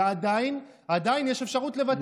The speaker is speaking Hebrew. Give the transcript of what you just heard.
ועדיין, עדיין יש אפשרות לבטל.